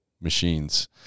machines